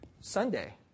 Sunday